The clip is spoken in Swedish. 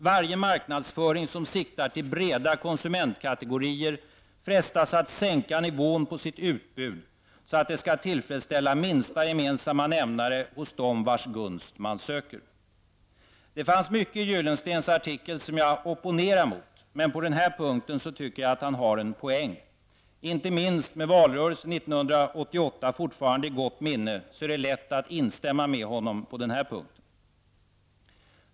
''Varje marknadsföring, som siktar till breda konsumentkategorier, frestas att sänka nivån på sitt utbud, så att det skall tillfredsställa minsta gemensamma nämnare hos dem vars gunst man söker.'' Det fanns mycket i Gyllenstens artikel som jag opponerar mig emot. Men på den punkten tycker jag att han har en poäng. Inte minst med valrörelsen 1988 fortfarande i gått minne är det lätt att instämma med honom.